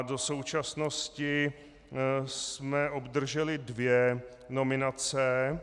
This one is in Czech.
Do současnosti jsme obdrželi dvě nominace.